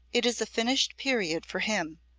it is a finished period for him,